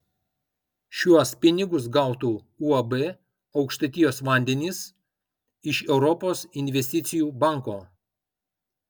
šiuos pinigus gautų uab aukštaitijos vandenys iš europos investicijų banko